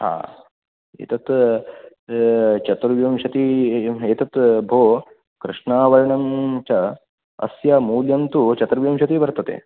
हा एतत् चतुर्विंशति एतत् भो कृष्णवर्णं च अस्य मूल्यं तु चतुर्विंशति वर्तते